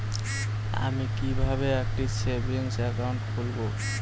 আমি কিভাবে একটি সেভিংস অ্যাকাউন্ট খুলব?